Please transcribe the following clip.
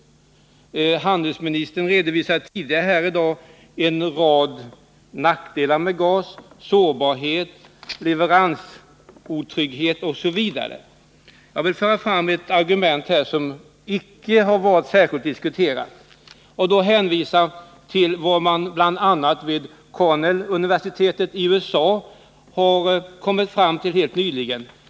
Handelsministern redovisade tidigare i dag en rad nackdelar med gas — sårbarhet, leveransotrygghet osv. Jag vill föra fram ett argument som icke har varit särskilt diskuterat och hänvisa till vad man bl.a. vid Cornell University i USA har kommit fram till helt nyligen.